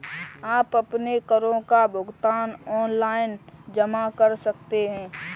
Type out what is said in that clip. आप अपने करों का भुगतान ऑनलाइन जमा कर सकते हैं